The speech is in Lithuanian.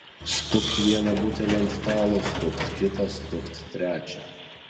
stukt vieną butelį ant stalo stukt kitą stukt trečią